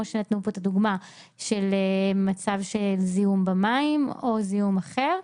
כמו שניתנה פה דוגמה למצב של זיהום במים או זיהום אחר,